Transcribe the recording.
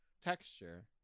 texture